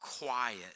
quiet